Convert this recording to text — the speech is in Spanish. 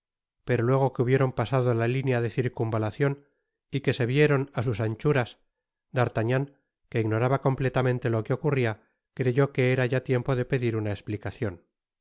pero luego que hubieron pasado la linea de circunvalacion y que se vieron á sus anchuras d'artagnan que ignoraba completamente lo que ocurría creyó que era ya tiempo de pedir una esplicacion